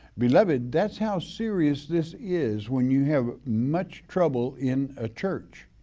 beloved, that's how serious this is when you have much trouble in a church.